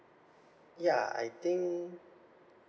ya I think